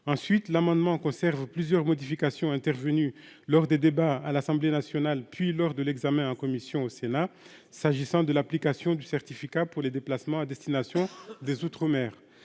ensuite l'amendement conserve plusieurs modifications intervenues lors des débats à l'Assemblée nationale puis lors de l'examen en commission au Sénat, s'agissant de l'application du certificat pour les déplacements à destination des outre-mer